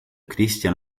kristjan